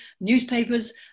newspapers